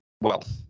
wealth